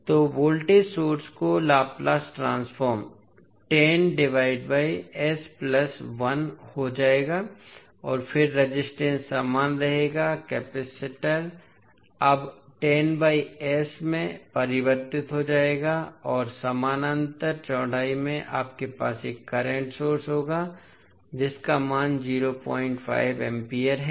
तो voltage source का Laplace transform हो जाएगा और फिर रेजिस्टेंस समान रहेगा कपैसिटर अब में परिवर्तित हो जाएगा और समानांतर चौड़ाई में आपके पास एक करंट सोर्स होगा जिसका मान 05 एम्पीयर है